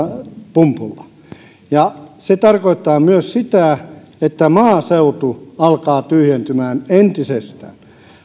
pumpulla ja se tarkoittaa myös sitä että maaseutu alkaa tyhjentymään entisestään